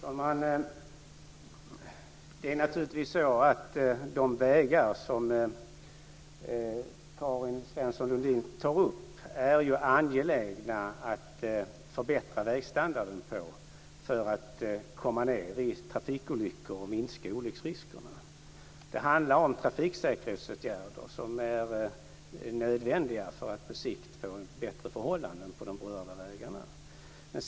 Fru talman! Det är angeläget att förbättra vägstandarden på de vägar som Karin Svensson Smith tar upp för att komma ned i antalet trafikolyckor och minska olycksriskerna. Det handlar om trafiksäkerhetsåtgärder som är nödvändiga för att på sikt få bättre förhållanden på de berörda vägarna.